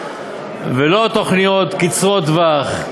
ולא תוכניות קצרות טווח,